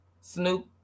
Snoop